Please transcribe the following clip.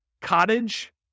Cottage